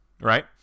right